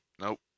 Nope